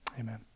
Amen